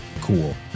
cool